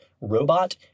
robot